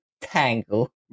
tangle